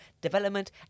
development